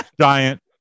giant